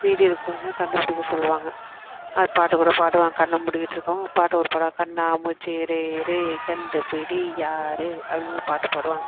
மீதி இருக்கவங்க கண்டுப்பிடிக்க சொல்வாங்க அதை பாட்டு கூட பாடுவாங்க கண்ணை மூடிக்கிட்டு இருக்கவங்க பாட்டு ஒன்று பாடுவாங்க அப்படின்னு பாட்டு பாடுவாங்க